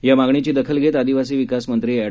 या मागणीची दखल घेत आदिवासी विकास मंत्री एड